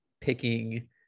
picking